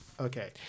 okay